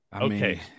Okay